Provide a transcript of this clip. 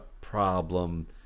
problem